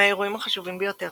מהאירועים החשובים ביותר